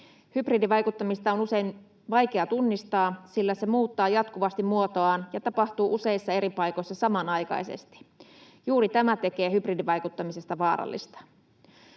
Hybridivaikuttamista on usein vaikea tunnistaa, sillä se muuttaa jatkuvasti muotoaan ja tapahtuu useissa eri paikoissa samanaikaisesti. Juuri tämä tekee hybridivaikuttamisesta vaarallista.